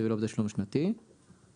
מספרים לנו שזה לא אפשרי לעשות את זה ידני.